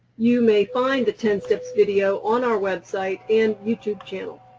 you may find the ten-steps video on our website and you tube channel.